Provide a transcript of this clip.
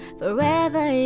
forever